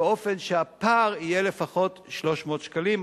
באופן שהפער יהיה לפחות 300 שקלים.